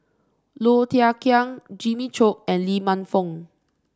Low Thia Khiang Jimmy Chok and Lee Man Fong